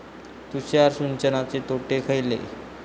तुषार सिंचनाचे तोटे खयले?